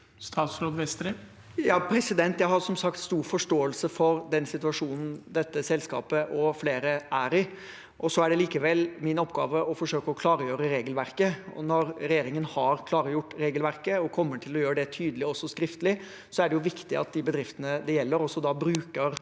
Christian Vestre Jeg har som sagt stor forståelse for den situasjonen dette selskapet og flere er i. Så er det allikevel min oppgave å forsøke å klargjøre regelverket, og når regjeringen har klargjort regelverket og kommer til å gjøre det tydelig også skriftlig, er det jo viktig at de bedriftene det gjelder, bruker